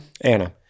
Anna